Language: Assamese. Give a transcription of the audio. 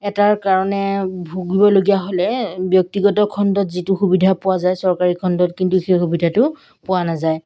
এটাৰ কাৰণে ভুগিবলগীয়া হ'লে ব্যক্তিগত খণ্ডত যিটো সুবিধা পোৱা যায় চৰকাৰী খণ্ডত কিন্তু সেই সুবিধাটো পোৱা নাযায়